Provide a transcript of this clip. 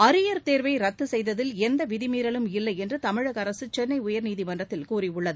arrear தேர்வை ரத்து செய்ததில் எந்த விதிமீறலும் இல்லை என்று தமிழக அரசு சென்னை உயர்நீதிமன்றத்தில் கூறியுள்ளது